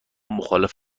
مخالف